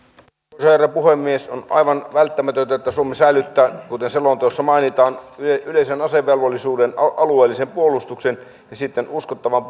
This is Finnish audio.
arvoisa herra puhemies on aivan välttämätöntä että suomi säilyttää kuten selonteossa mainitaan yleisen asevelvollisuuden alueellisen puolustuksen ja uskottavan